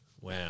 Wow